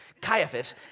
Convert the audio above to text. Caiaphas